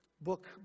book